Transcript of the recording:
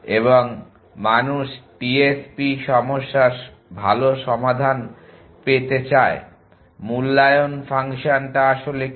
এবং মানুষ টিএসপি সমস্যার ভাল সমাধান পেতে চায় মূল্যায়ন ফাংশন টা আসলে কি